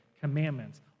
commandments